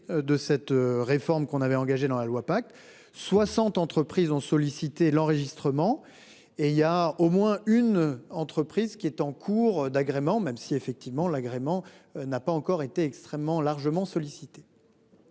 de cette réforme qu'on avait engagé dans la loi pacte 60 entreprises ont sollicité l'enregistrement et il y a au moins une entreprise qui est en cours d'agrément, même si effectivement l'agrément n'a pas encore été extrêmement largement sollicitée.--